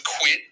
quit